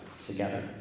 together